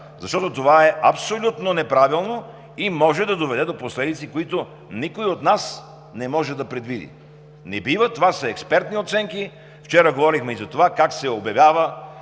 защото това е абсолютно неправилно и може да доведе до последици, които никой от нас не може да предвиди. Не бива. Това са експертни оценки. Вчера говорихме и за това как се обявява